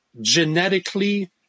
genetically